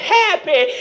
happy